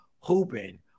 Hooping